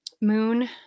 moon